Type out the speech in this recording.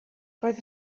roedd